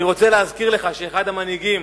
אני רוצה להזכיר לך שאחד המנהיגים,